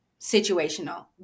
situational